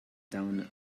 down